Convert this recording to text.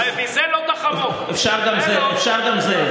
אפשר גם זאב,